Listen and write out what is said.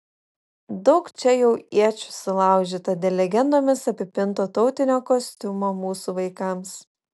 daug čia jau iečių sulaužyta dėl legendomis apipinto tautinio kostiumo mūsų vaikams